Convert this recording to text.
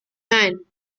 nine